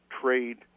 trade